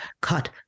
cut